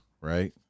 right